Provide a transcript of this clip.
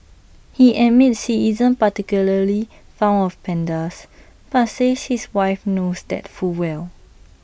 he admits he isn't particularly fond of pandas but says his wife knows that full well